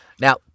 Now